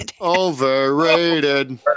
overrated